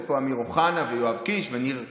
איפה אמיר אוחנה, ויואב קיש, וניר ברקת,